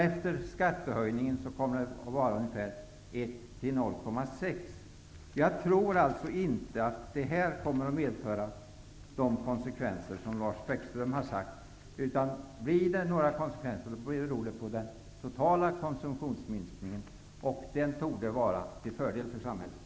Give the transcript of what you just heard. Efter skattehöjningen kommer den att vara ungefär Jag tror alltså inte att förslaget kommer att få de konsekvenser som Lars Bäckström har påstått. Blir det några konsekvenser beror det på den totala konsumtionsminskningen, och den torde vara till fördel för samhället.